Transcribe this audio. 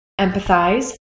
empathize